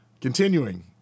Continuing